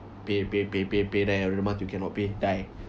pay pay pay pay pay then every month you cannot pay die